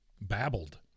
Babbled